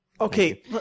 Okay